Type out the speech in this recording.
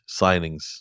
signings